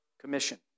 commission